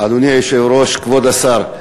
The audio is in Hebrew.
אדוני היושב-ראש, כבוד השר,